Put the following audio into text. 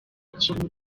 cyane